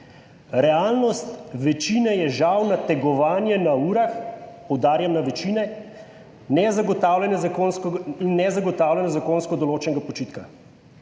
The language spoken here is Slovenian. Realnost večine je žal nategovanje na urah, poudarjam na večine, in ne zagotavljanje zakonsko določenega počitka.«